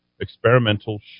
Experimental